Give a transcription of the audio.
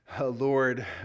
Lord